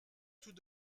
tout